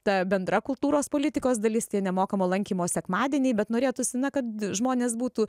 ta bendra kultūros politikos dalis tie nemokamo lankymo sekmadieniai bet norėtųsi na kad žmonės būtų